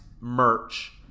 merch